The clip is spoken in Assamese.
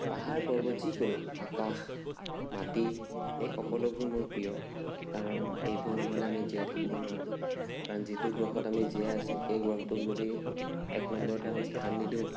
পাহাৰ পৰ্বত যিকোনো আকাশ মাটি এই সকলোবোৰ মোৰ প্ৰিয় কাৰণ এইবোৰ নহ'লে আমি জীয়াই থাকিব নোৱাৰোঁ কাৰণ যিটো গ্ৰহত আমি জীয়াই আছো সেই গ্ৰহটো যদি এক নম্বৰতে আমি স্থান নিদিওঁ